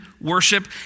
worship